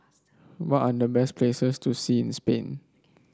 what are the best places to see in Spain